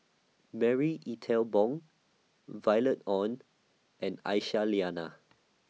Marie Ethel Bong Violet Oon and Aisyah Lyana